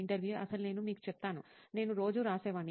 ఇంటర్వ్యూఈ అసలు నేను మీకు చెప్తాను నేను రోజూ రాసేవాడిని